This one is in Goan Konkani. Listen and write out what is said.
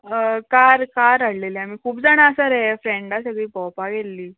हय कार कार हाडलेली आमी खूब जाण आसा रे फ्रेंडा सगळीं भोंवपाक येयल्ली